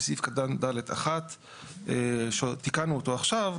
בסעיף קטן (ד)(1) שתיקנו אותו עכשיו,